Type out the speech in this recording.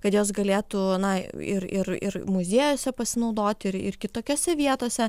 kad jos galėtų na ir ir ir muziejuose pasinaudoti ir ir kitokiose vietose